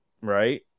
right